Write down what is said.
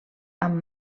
amb